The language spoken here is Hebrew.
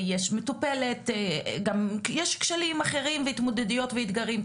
יש כשלים אחרים והתמודדויות ואתגרים,